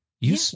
You-